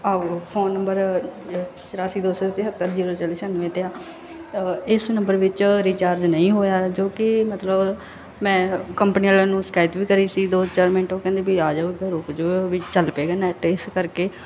ਆ phone number ਅ ਚੁਰਾਸੀ ਦੋ ਤੇਹੱਤਰ ਜੀਰੋ ਚਾਲੀ ਛਿਆਨਵੇਂ 'ਤੇ ਆ ਇਸ ਨੰਬਰ ਵਿੱਚ ਰਿਚਾਰਜ ਨਹੀਂ ਹੋਇਆ ਜੋ ਕਿ ਮਤਲਬ ਮੈਂ ਕੰਪਨੀ ਵਾਲਿਆਂ ਨੂੰ ਸ਼ਿਕਾਇਤ ਵੀ ਕਰੀ ਸੀ ਦੋ ਚਾਰ ਮਿੰਟ ਉਹ ਕਹਿੰਦੇ ਵੀ ਆ ਜਾਓ ਅਤੇ ਰੁਕ ਜਾਓ ਵੀ ਚੱਲ ਪਵੇਗਾ ਨੈੱਟ ਇਸ ਕਰਕੇ